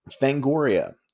Fangoria